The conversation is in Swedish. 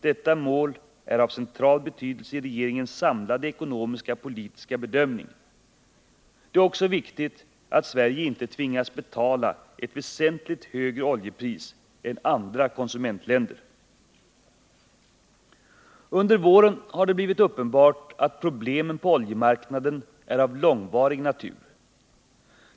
Detta mål är av central betydelse i regeringens samlade ekonomiskt politiska bedömning. Det är också viktigt att Sverige inte tvingas betala ett väsentligt högre oljepris än andra konsumentländer. Under våren har det blivit uppenbart att problemen på oljemarkraden är av långvarig natur.